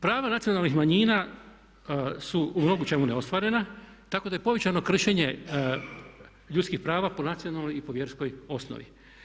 Prava nacionalnih manjina su u mnogočemu neostvarena tako da je povećano kršenje ljudskih prava po nacionalnoj i po vjerskoj osnovi.